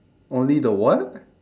only the what